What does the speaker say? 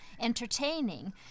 entertaining